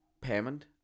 payment